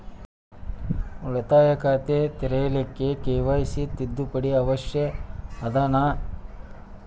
ಉಳಿತಾಯ ಖಾತೆ ತೆರಿಲಿಕ್ಕೆ ಕೆ.ವೈ.ಸಿ ತಿದ್ದುಪಡಿ ಅವಶ್ಯ ಅದನಾ?